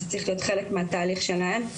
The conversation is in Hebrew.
זה צריך להיות חלק מהתהליך שלהן,